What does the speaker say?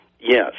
Yes